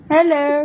Hello